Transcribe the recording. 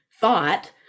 thought